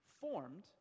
formed